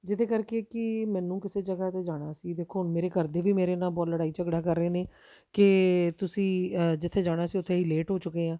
ਜਿਹਦੇ ਕਰਕੇ ਕਿ ਮੈਨੂੰ ਕਿਸੇ ਜਗ੍ਹਾ 'ਤੇ ਜਾਣਾ ਸੀ ਦੇਖੋ ਮੇਰੇ ਘਰਦੇ ਵੀ ਮੇਰੇ ਨਾਲ ਬਹੁਤ ਲੜਾਈ ਝਗੜਾ ਕਰ ਰਹੇ ਨੇ ਕਿ ਤੁਸੀਂ ਜਿੱਥੇ ਜਾਣਾ ਸੀ ਉੱਥੇ ਅਸੀਂ ਲੇਟ ਹੋ ਚੁੱਕੇ ਹਾਂ